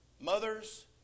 Mothers